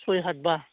सय हाथबा